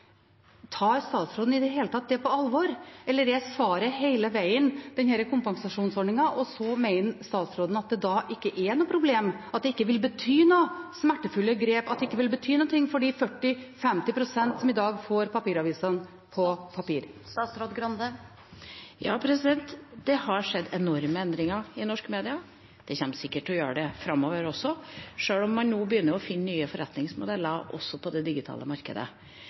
Tar statsråden i det hele tatt dette på alvor? Eller er svaret hele veien kompensasjonsordningen, og så mener statsråden at det da ikke er noe problem, at det ikke vil bety noen smertefulle grep, at det ikke vil bety noe for de 40–50 pst. som i dag får avisen på papir? Det har skjedd enorme endringer i norsk media. Det kommer sikker til å gjøre det framover også, sjøl om man nå begynner å finne nye forretningsmodeller også på det digitale markedet.